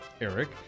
Eric